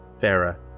Farah